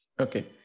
Okay